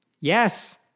Yes